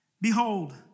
Behold